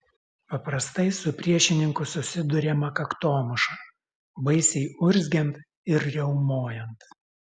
paprastai su priešininku susiduriama kaktomuša baisiai urzgiant ir riaumojant